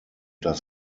das